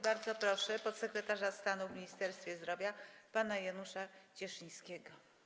Bardzo proszę podsekretarza stanu w Ministerstwie Zdrowia pana Janusza Cieszyńskiego.